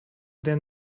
their